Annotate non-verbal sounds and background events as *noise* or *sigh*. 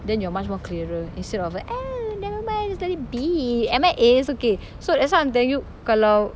then you're much more clearer instead of *noise* nevermind just let it be M_I_A it's okay so that's why I'm telling you kalau